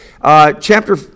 chapter